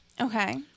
Okay